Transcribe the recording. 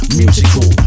musical